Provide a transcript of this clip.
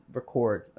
record